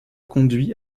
conduit